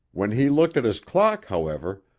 when he looked at his clock, however,